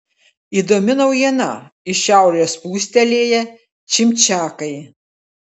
įdomi naujiena iš šiaurės plūstelėję čimčiakai